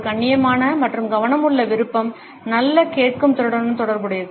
ஒரு கண்ணியமான மற்றும் கவனமுள்ள விருப்பம் நல்ல கேட்கும் திறனுடன் தொடர்புடையது